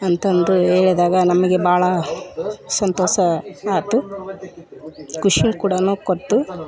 ಅಂತಂದು ಹೇಳಿದಾಗ ನಮಗೆ ಭಾಳ ಸಂತೋಷ ಆಯ್ತು ಖುಷಿನ ಕೂಡ ಕೊಡ್ತು